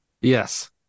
Yes